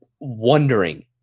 wondering